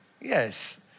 Yes